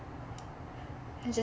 just